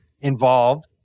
Involved